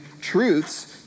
truths